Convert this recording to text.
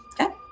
Okay